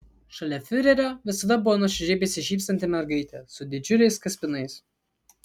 šalia fiurerio visada buvo nuoširdžiai besišypsanti mergaitė su didžiuliais kaspinais